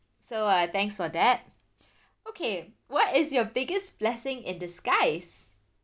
so uh thanks for that okay what is your biggest blessing in disguise